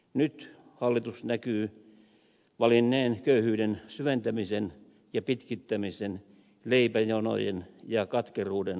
nyt hallitus näkyy valinneen köyhyyden syventämisen ja pitkittämisen leipäjonojen ja katkeruuden kasvattamisen tien